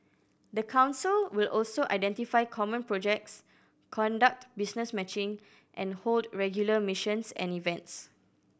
the council will also identify common projects conduct business matching and hold regular missions and events